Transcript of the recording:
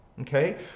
okay